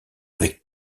avec